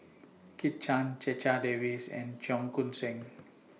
Kit Chan Checha Davies and Cheong Koon Seng